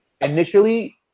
initially